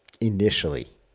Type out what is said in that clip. initially